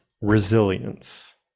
resilience